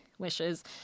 Wishes